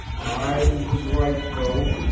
i was right, though.